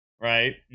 right